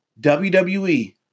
WWE